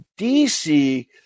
DC